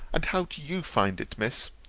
and how do you find it, miss?